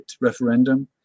referendum